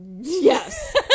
Yes